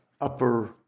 upper